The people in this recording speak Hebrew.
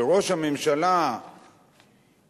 כשראש הממשלה